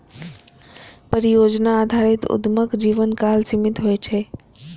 परियोजना आधारित उद्यमक जीवनकाल सीमित होइ छै